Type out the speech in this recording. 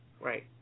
Right